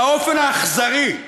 האופן האכזרי,